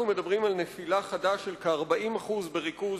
אנחנו מדברים על נפילה חדה של כ-40% בריכוז